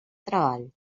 treball